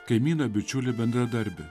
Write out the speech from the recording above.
kaimyną bičiulį bendradarbiai